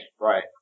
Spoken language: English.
right